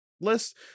list